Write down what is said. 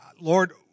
Lord